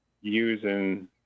using